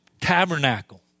tabernacle